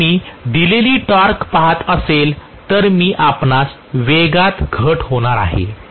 जर मी दिलेली टॉर्क पहात असेल तर मी आपणास वेगात घट होणार आहे